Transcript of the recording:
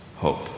hope